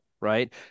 right